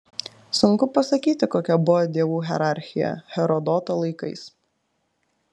sunku pasakyti kokia buvo dievų hierarchija herodoto laikais